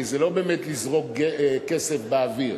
כי זה לא באמת לזרוק כסף באוויר,